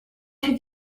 have